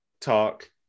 talk